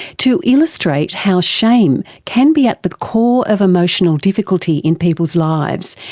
to illustrate how shame can be at the core of emotional difficulty in people's lives,